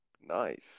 Nice